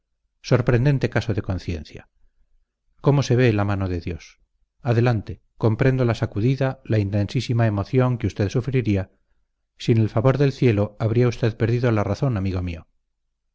sorprendente caso de conciencia cómo se ve la mano de dios adelante comprendo la sacudida la intensísima emoción que usted sufriría sin el favor del cielo habría usted perdido la razón amigo mío